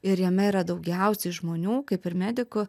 ir jame yra daugiausiai žmonių kaip ir medikų